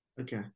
Okay